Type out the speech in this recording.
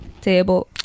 Table